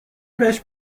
بهش